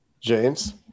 James